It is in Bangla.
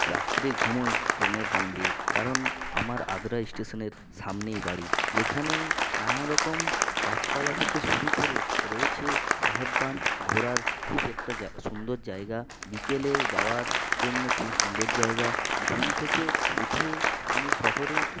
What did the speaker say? রাত্রে ঘুমোই ট্রেনের হর্ন দিয়ে কারণ আমার আদ্রা স্টেশনের সামনেই বাড়ি যেখানেই নানারকম গাছপালা থেকে শুরু করে রয়েছে সাহেব বাঁধ ঘোরার খুব একটা সুন্দর জায়গা বিকেলে যাওয়ার জন্য খুব সুন্দর জায়গা ঘুম থেকে উঠে আমি শহরের